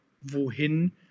Wohin